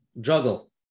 juggle